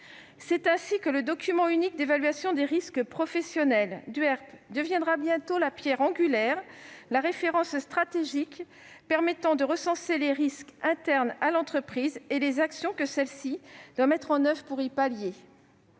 C'est ainsi que le document unique d'évaluation des risques professionnels deviendra bientôt la pierre angulaire de cette prévention, la référence stratégique permettant de recenser les risques internes à l'entreprise et les actions que celle-ci doit mettre en oeuvre pour les pallier.